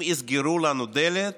אם יסגרו לנו דלת,